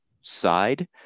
side